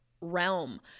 realm